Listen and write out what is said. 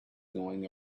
going